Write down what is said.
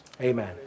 Amen